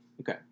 Okay